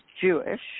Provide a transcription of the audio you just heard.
Jewish